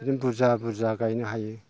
नों बुरजा बुरजा गायनो हायो